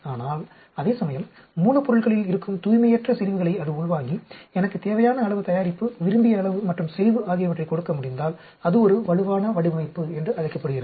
ஆனால் அதேசமயம் மூலப்பொருட்களில் இருக்கும் தூய்மையற்ற செறிவுகளை அது உள்வாங்கி எனக்கு தேவையான அளவு தயாரிப்பு விரும்பிய அளவு மற்றும் செறிவு ஆகியவற்றைக் கொடுக்க முடிந்தால் அது ஒரு வலுவான வடிவமைப்பு என்று அழைக்கப்படுகிறது